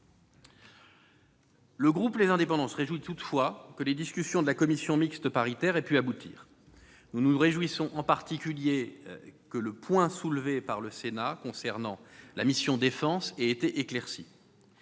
Le groupe Les Indépendants se réjouit, toutefois, que les discussions de la commission mixte paritaire aient pu aboutir et, en particulier, que le point soulevé par le Sénat concernant la mission « Défense » ait été éclairci.